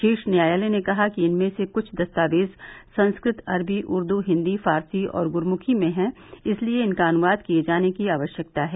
शीर्ष न्यायालय ने कहा कि इनमें से कुछ दस्तावेज संस्कृत अरबी उर्द हिन्दी फारसी और गुरमुखी में हैं इसलिए इनका अनुवाद किए जाने की आवश्यकता है